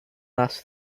last